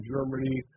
Germany